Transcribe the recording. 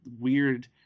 weird